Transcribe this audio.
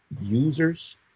users